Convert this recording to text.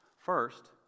First